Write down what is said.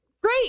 Great